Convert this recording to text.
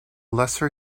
lesser